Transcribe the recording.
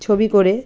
ছবি করে